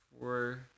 four